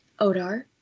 Odar